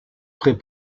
près